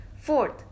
Fourth